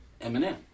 Eminem